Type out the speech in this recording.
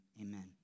amen